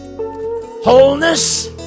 wholeness